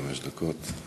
חמש דקות.